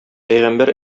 пәйгамбәр